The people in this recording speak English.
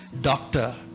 doctor